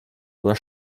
oder